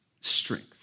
strength